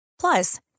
Plus